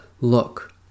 Look